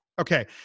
Okay